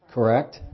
Correct